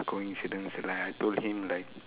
coincidence and like I told him like